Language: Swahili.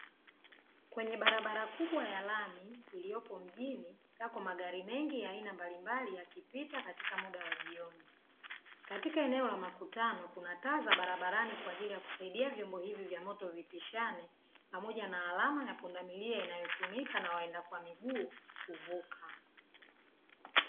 Kwenye barbara kubwa ya lami iliyoko mjini, yako magari mengi ya aina mbalimbali yakipita katika muda wa jioni. Katika eneo la makutano kuna taa za barabarani, ili kusaidia vyombo vya moto vipishane, pamoja na alama ya pundamilia inayotumika na waenda kwa miguu kuvuka.